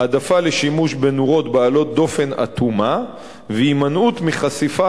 העדפת שימוש בנורות בעלות דופן אטומה והימנעות מחשיפה